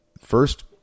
first